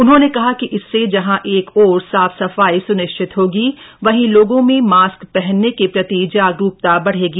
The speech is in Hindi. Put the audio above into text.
उन्होंने कहा कि इससे जहां एक ओर साफ सफाई स्निश्चित होगी वहीं लोगो मे मास्क पहनने के प्रति जागरूकता बढ़ेगी